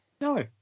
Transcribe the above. No